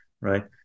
right